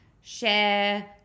share